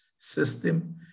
system